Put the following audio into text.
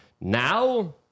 now